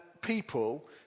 people